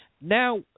Now